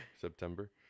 September